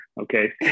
okay